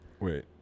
Wait